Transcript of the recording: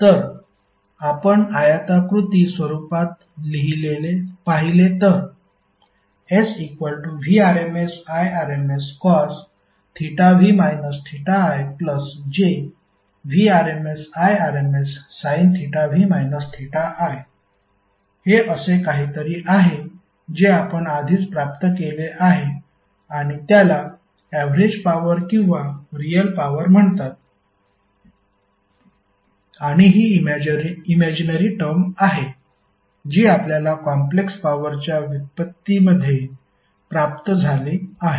तर आपण आयताकृती स्वरूपात पाहिले तर SVrms Irmscosv ijVrms Irmssinv i हे असे काहीतरी आहे जे आपण आधीच प्राप्त केले आहे आणि त्याला ऍवरेज पॉवर किंवा रियल पॉवर म्हणतात आणि ही इमॅजीनरी टर्म आहे जी आपल्याला कॉम्प्लेक्स पॉवरच्या व्युत्पत्तीमध्ये प्राप्त झाली आहे